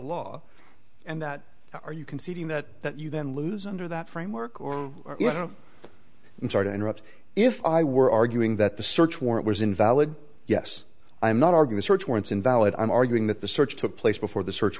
law and that are you conceding that that you then lose under that framework or uncharted interrupt if i were arguing that the search warrant was invalid yes i'm not arguing search warrants invalid i'm arguing that the search took place before the search